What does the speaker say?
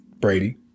Brady